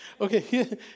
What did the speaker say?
Okay